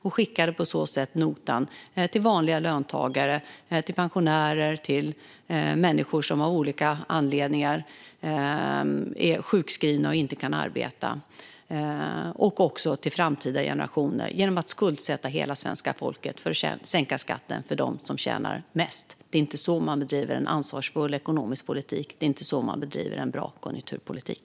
Man skickade på så sätt notan till vanliga löntagare, pensionärer och människor som av olika anledningar är sjukskrivna och inte kan arbeta. Man skickade också notan till framtida generationer genom att skuldsätta hela svenska folket för att sänka skatten för dem som tjänar mest. Det är inte så man bedriver ansvarsfull ekonomisk politik. Det är inte så man bedriver bra konjunkturpolitik.